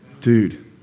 Dude